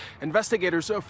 Investigators